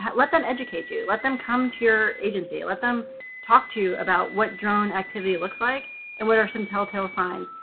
let let them educate you. let them come to your agency. let them talk to you about what drone activity looks like and what are some telltale signs.